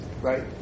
Right